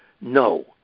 No